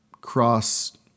cross